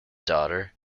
daughter